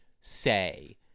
say